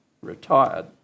retired